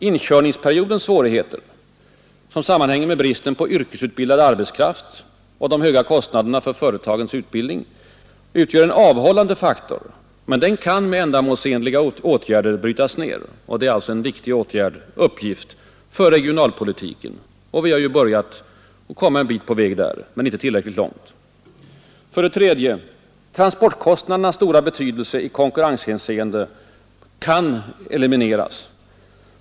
Inkörningsperiodens svårigheter — som sammanhänger med bristen på yrkesutbildad arbetskraft och de höga kostnaderna för företagens utbildning — utgör en avhållande faktor, men den kan med ändamålsenliga åtgärder brytas ned. Det är alltså en viktig uppgift för regionalpolitiken! Vi har ju börjat, och kommit en bit på väg där men inte tillräckligt långt. 3. Transportkostnadernas stora betydelse i konkurrenshänseende kan elimineras.